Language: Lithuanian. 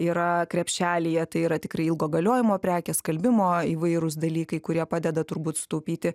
yra krepšelyje tai yra tikrai ilgo galiojimo prekės skalbimo įvairūs dalykai kurie padeda turbūt sutaupyti